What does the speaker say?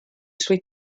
suoi